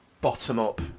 bottom-up